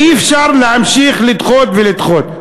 אי-אפשר להמשיך לדחות ולדחות.